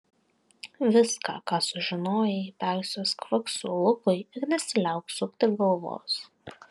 viską ką sužinojai persiųsk faksu lukui ir nesiliauk sukti galvos